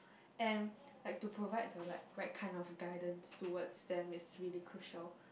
and like to provide the like right kind of guidance towards them is really crucial